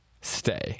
stay